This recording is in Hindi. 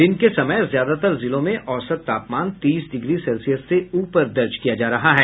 दिन के समय ज्यादातर जिलों में औसत तापमान तीस डिग्री सेल्सियस से ऊपर दर्ज किया जा रहा है